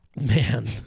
man